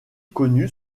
connu